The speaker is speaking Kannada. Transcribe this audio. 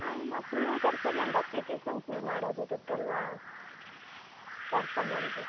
ಹಾಂ ಮಕ್ಕಳನ್ನೂ ಕರ್ಕೊಂ ಬಂದು ಅಪ್ಲಿಕೇಶನ್ ಫಿಲ್ ಮಾಡೋದು ಇರುತ್ತಲ್ಲವಾ ಕರ್ಕೊಂಡ್ ಬನ್ನಿರಿ